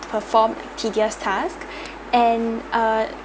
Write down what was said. perform tedious task and err